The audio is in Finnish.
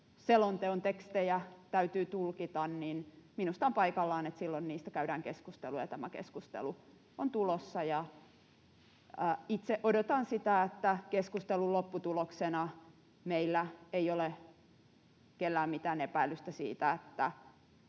selonteon tekstejä täytyy tulkita, silloin niistä käydään keskustelua, ja tämä keskustelu on tulossa. Itse odotan sitä, että keskustelun lopputuloksena meillä ei ole kellään mitään epäilystä siitä, että,